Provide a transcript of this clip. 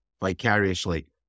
vicariously